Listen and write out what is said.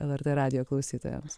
lrt radijo klausytojams